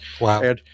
Wow